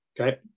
okay